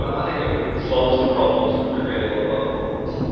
i think it would solve some problems, and create a lot of other problems.